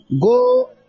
Go